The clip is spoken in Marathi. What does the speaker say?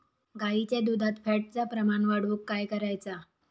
गाईच्या दुधात फॅटचा प्रमाण वाढवुक काय करायचा?